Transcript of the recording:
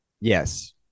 Yes